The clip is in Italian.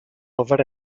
dover